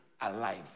alive